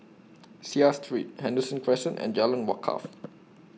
Seah Street Henderson Crescent and Jalan Wakaff